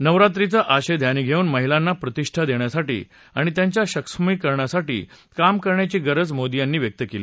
नवरात्रीचा आशय ध्यानी घेऊन महिलांना प्रतिष्ठा देण्यासाठी आणि त्यांच्या सक्षमीकरणासाठी काम करण्यासाठी गरज मोदी यांनी व्यक्त केली